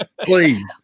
Please